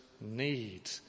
need